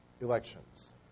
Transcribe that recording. elections